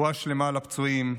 רפואה שלמה לפצועים.